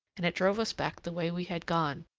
and it drove us back the way we had gone.